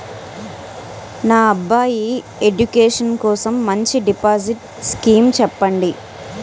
నా అబ్బాయి ఎడ్యుకేషన్ కోసం మంచి డిపాజిట్ స్కీం చెప్పండి